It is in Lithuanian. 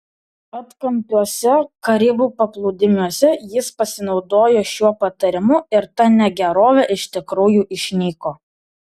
atkampiuose karibų paplūdimiuose jis pasinaudojo šiuo patarimu ir ta negerovė iš tikrųjų išnyko